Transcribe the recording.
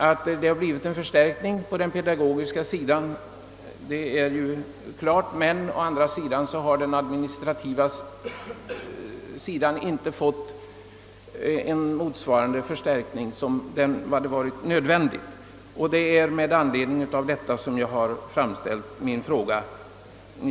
Att det blivit en förstärkning på den pedagogiska sidan är klart, men den admistrativa sidan har inte fått motsvarande nödvändiga förstärkning. Det är detta som var anledningen till att jag framställt min fråga.